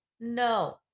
No